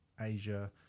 Asia